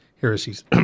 heresies